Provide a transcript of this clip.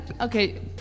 Okay